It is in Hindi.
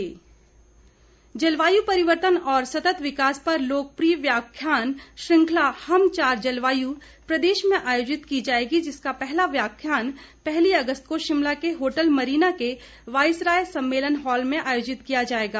जलवायु परिवर्तन व्याख्यान जलवायू परिवर्तन और सतत विकास पर लोकप्रिय व्याख्यान श्रृंखला हम चार जलवायु प्रदेश में आयोजित की जाएगी जिसका पहला व्याख्यान पहली अगस्त को शिमला के होटल मरीना के वाइसराय सम्मेलन हॉल में आयोजित किया जाएगा